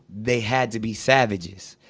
they had to be savages.